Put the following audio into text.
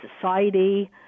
society